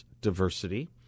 diversity